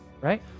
right